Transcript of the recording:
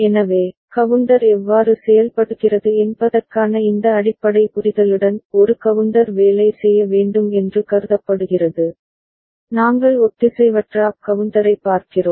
எனவே கவுண்டர் எவ்வாறு செயல்படுகிறது என்பதற்கான இந்த அடிப்படை புரிதலுடன் ஒரு கவுண்டர் வேலை செய்ய வேண்டும் என்று கருதப்படுகிறது நாங்கள் ஒத்திசைவற்ற அப் கவுண்டரைப் பார்க்கிறோம்